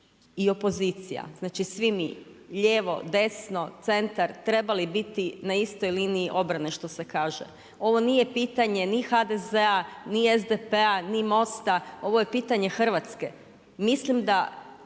i opozicija, znači svi mi lijevo, desno, centar trebali biti na istoj liniji obrane što se kaže. Ovo nije pitanje ni HDZ-a, ni SDP-a, ni MOST-a. Ovo je pitanje Hrvatske. Mislim da